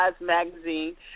Magazine